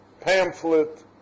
pamphlet